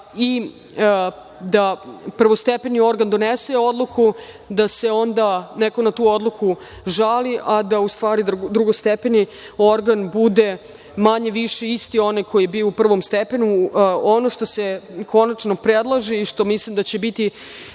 da prvostepeni organ donese odluku, da se onda neko na tu odluku žali, a da u stvari drugostepeni organ bude, manje više, isti onaj koji je bio u prvom stepenu. Ono što se konačno predlaže i što mislim da će biti